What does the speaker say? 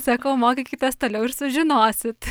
sakau mokykitės toliau ir sužinosit